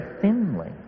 thinly